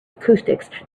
acoustics